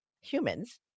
humans